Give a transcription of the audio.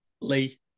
Lee